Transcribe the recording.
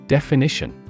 Definition